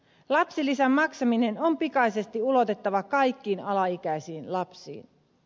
lapsilisän maksaminen on pikaisesti ulotettava kaikkiin alaikäisiin lapsiin